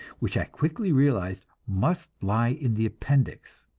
which i quickly realized must lie in the appendix.